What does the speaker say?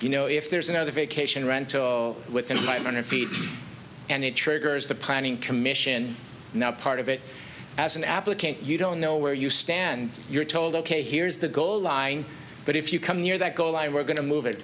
you know if there's another vacation rental within my hundred feet and it triggers the planning commission now part of it as an applicant you don't know where you stand you're told ok here's the goal line but if you come near that goal i we're going to move